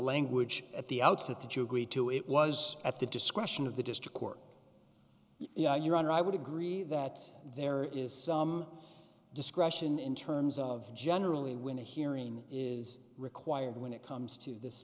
language at the outset that you agreed to it was at the discretion of the district court yeah your honor i would agree that there is some discretion in terms of generally when a hearing is required when it comes to